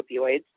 opioids